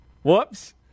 Whoops